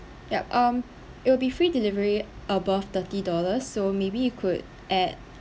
yup um it would be free delivery above thirty dollars so maybe you could add